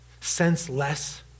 senseless